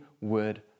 word